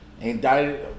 Indicted